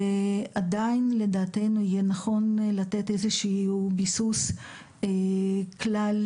ועדיין לדעתנו יהיה נכון לתת איזשהו ביסוס כלל